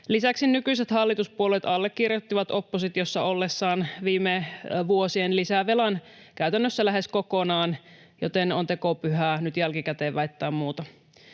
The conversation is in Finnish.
Lisäksi nykyiset hallituspuolueet allekirjoittivat oppositiossa ollessaan viime vuosien lisävelan käytännössä lähes kokonaan, joten on tekopyhää nyt jälkikäteen väittää muuta.